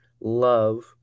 love